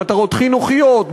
מטרות חינוכיות,